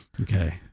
Okay